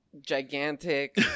gigantic